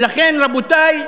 ולכן, רבותי,